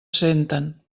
senten